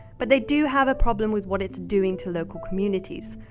but they do have a problem with what it's doing to local communities.